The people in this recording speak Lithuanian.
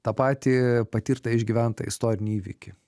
tą patį patirtą išgyventą istorinį įvykį